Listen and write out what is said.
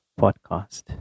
podcast